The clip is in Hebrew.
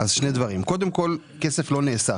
אז שני דברים קודם כל כסף לא נאסף,